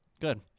good